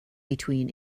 between